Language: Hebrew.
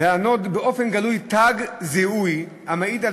לענוד באופן גלוי תג זיהוי המעיד על